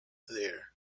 there